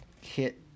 hit